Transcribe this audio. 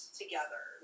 together